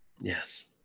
Yes